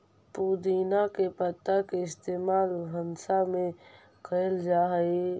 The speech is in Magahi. पुदीना के पत्ता के इस्तेमाल भंसा में कएल जा हई